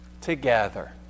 together